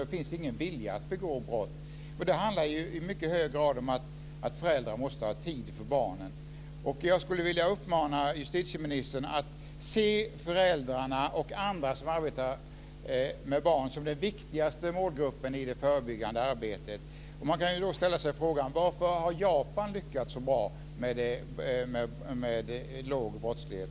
Det finns ingen vilja att begå brott. Det handlar i mycket hög grad om att föräldrarna måste ha tid för barnen. Jag skulle vilja uppmana justitieministern att se föräldrarna och andra som arbetar med barn som den viktigaste målgruppen i det förebyggande arbetet. Man kan ställa sig frågan: Varför har Japan lyckats så bra med låg brottslighet?